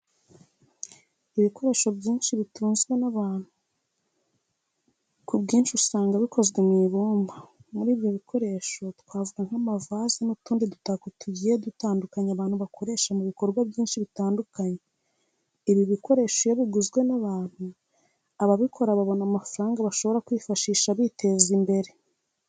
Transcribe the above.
Ibikoresho byinshi bitunzwe n'abantu ku bwinshi usanga bikozwe mu ibumba. Muri ibyo bikoresho twavuga nk'amavaze n'utundi dutako tujyiye dutandukanye abantu bakoresha mu bikorwa byinshi bitandukanye. Ibi bikoresho iyo biguzwe n'abantu, ababikora babona amafaranga bashobora kwifashisha biteza imbere.